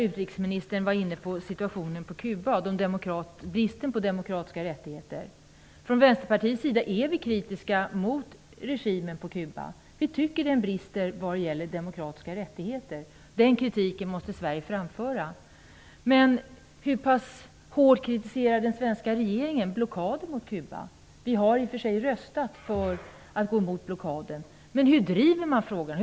Utrikesministern var inne på situationen där och bristen på demokratiska rättigheter. I Vänsterpartiet är vi kritiska mot regimen på Cuba. Vi tycker att det brister när det gäller de demokratiska rättigheterna. Den kritiken måste Sverige framföra. Hur pass hårt kritiserar den svenska regeringen blockaden mot Cuba? Vi har i och för sig röstat för att gå mot blockaden. Men hur driver man frågan i regeringen?